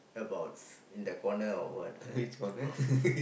about f~ in the corner or what right so